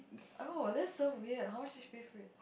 oh that's so weird how much did she pay for it